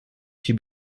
she